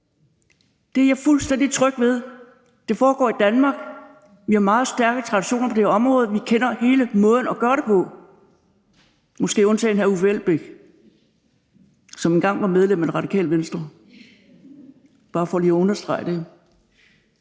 Det er jeg fuldstændig tryg ved. Det foregår i Danmark. Vi har meget stærke traditioner på det område. Vi kender hele måden at gøre det på – måske undtagen hr. Uffe Elbæk, som engang var medlem af Det Radikale Venstre, bare lige for at understrege det.